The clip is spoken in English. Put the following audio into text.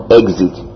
exit